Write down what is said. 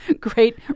great